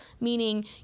meaning